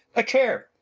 a chair!